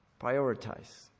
Prioritize